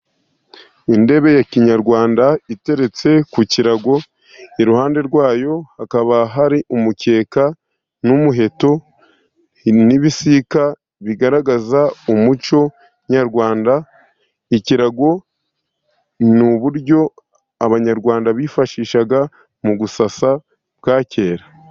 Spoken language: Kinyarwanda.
Intebe ya kinyarwanda iteretse ku kirago, iruhande rwayo hakaba hari umukeka n'umuheto, n'ibisika bigaragaza umuco nyarwanda, ikirago ni uburyo Abanyarwanda bifashishaga mu gusasa, bwa kera.